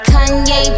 Kanye